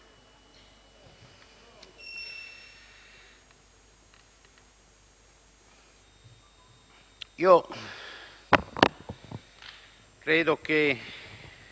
non credo che